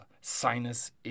sinus